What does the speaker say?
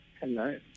hello